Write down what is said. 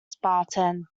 spartan